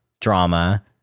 drama